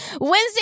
Wednesday